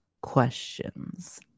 questions